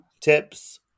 tips